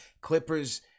Clippers